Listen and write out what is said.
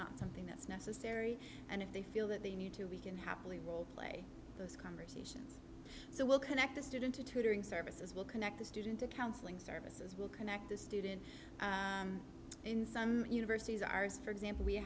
not something that's necessary and if they feel that they need to we can happily role play those convers so we'll connect the student to tutoring services will connect the student to counseling services will connect to students in some universities ours for example we